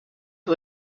who